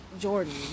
Jordan